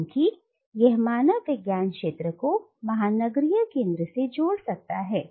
क्योंकि यह मानव विज्ञान क्षेत्र को महानगरीय केंद्र से जोड़ सकता है